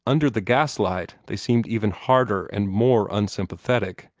under the gaslight they seemed even harder and more unsympathetic.